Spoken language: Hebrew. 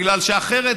בגלל שאחרת,